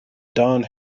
don